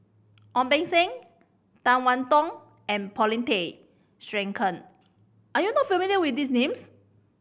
Ong Beng Seng Tan One Tong and Paulin Tay Straughan are you not familiar with these names